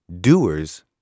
doers